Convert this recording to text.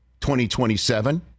2027